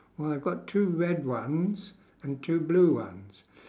well I've got two red ones and two blue ones